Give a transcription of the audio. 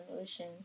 ocean